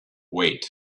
wait